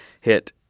hit